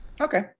Okay